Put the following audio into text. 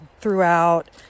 throughout